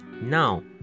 Now